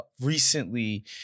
recently